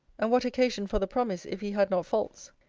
and what occasion for the promise, if he had not faults,